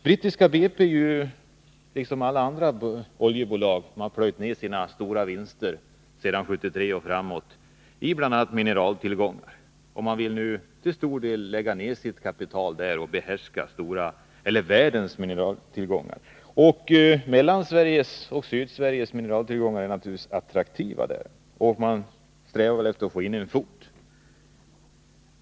Brittiska BP har liksom alla andra oljebolag plöjt ner sina stora vinster sedan 1973 i bl.a. mineraltillgångar, och man vill nu behärska en stor del av världens mineraltillgångar. Sydoch Mellansveriges mineraltillgångar är naturligtvis då attraktiva, och man strävar efter att få in en fot där.